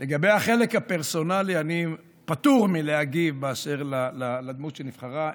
לגבי החלק הפרסונלי אני פטור מלהגיב באשר לדמות שנבחרה.